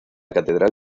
catedral